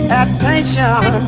attention